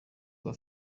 rwa